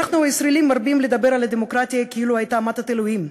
אנחנו הישראלים מרבים לדבר על הדמוקרטיה כאילו הייתה מתת אלוהים,